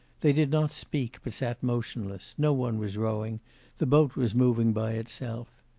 they did not speak, but sat motionless, no one was rowing the boat was moving by itself.